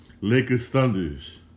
Lakers-Thunders